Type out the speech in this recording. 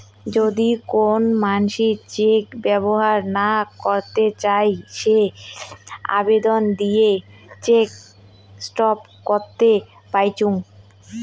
যদি কোন মানসি চেক ব্যবহর না করত চাই সে আবেদন দিয়ে চেক স্টপ করত পাইচুঙ